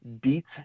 beats